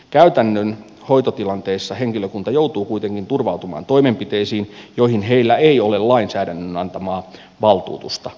käytännön hoito tilanteissa henkilökunta joutuu kuitenkin turvautumaan toimenpiteisiin joihin heillä ei ole lainsäädännön antamaa valtuutusta